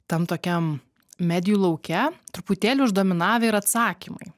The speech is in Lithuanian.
tam tokiam medijų lauke truputėlį uždominavę ir atsakymai